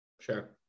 Sure